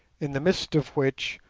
in the midst of which,